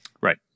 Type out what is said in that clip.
Right